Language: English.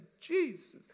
Jesus